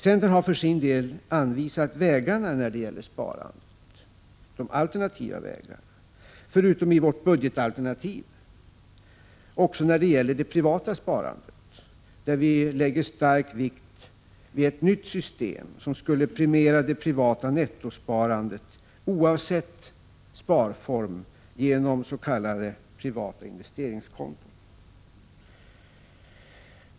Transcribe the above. Centern har för sin del anvisat de alternativa vägarna när det gäller sparandet. Förutom i vårt budgetalternativ har vi gjort det också när det gäller det privata sparandet, där vi lägger stor vikt vid ett nytt system, som skulle premiera det privata nettosparandet, oavsett sparform, genom s.k. privata investeringskonton.